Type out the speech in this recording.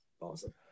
awesome